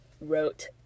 wrote